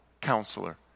counselor